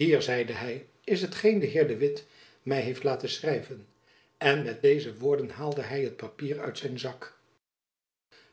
hier zeide hy is hetgeen de heer de witt my heeft laten schrijven en met deze woorden haalde hy het papier uit zijn zak